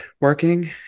Working